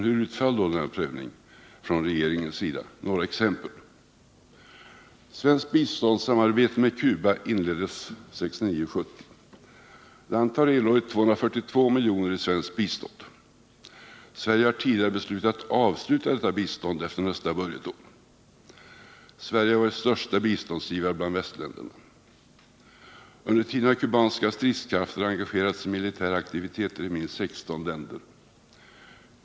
Hur utföll då denna prövning från regeringens sida? Några exempel: Cuba: Svenskt biståndssamarbete med Cuba inleddes 1969/1970. Landet har erhållit 242 milj.kr. i svenskt bistånd. Sverige har tidigare beslutat avsluta detta bistånd efter nästa budgetår. Sverige har varit största biståndsgivare bland västländerna. Under tiden har kubanska stridskrafter engagerats i militära aktiviteter i minst 16 länder.